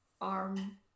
arm